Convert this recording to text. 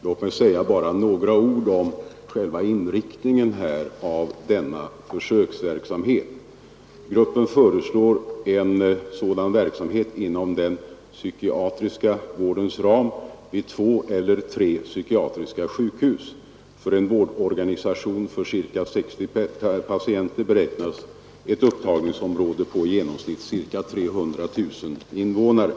Låt mig med några ord beröra inriktningen av denna försöksverksamhet. Gruppen föreslår en försöksverksamhet inom den psykiatriska sjukvårdens ram vid två eller tre psykiatriska sjukhus. För en vårdorganisation för ca 60 patienter beräknas ett upptagningsområde på i genomsnitt ca 300 000 invånare.